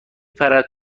پرد